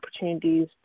opportunities